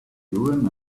urim